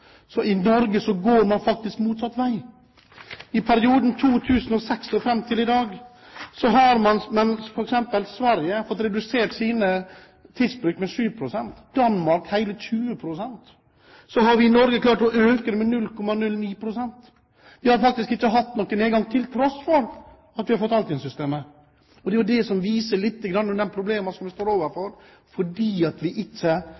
går man i Norge motsatt vei. I perioden fra 2006 og fram til dag har f.eks. Sverige fått redusert sin tidsbruk med 7 pst., Danmark med hele 20 pst., mens vi i Norge har klart å øke den med 0,09 pst. Vi har faktisk ikke hatt noen nedgang til tross for at vi har fått Altinn-systemet. Og det viser litt av de problemene som vi står overfor fordi vi ikke